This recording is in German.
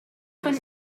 von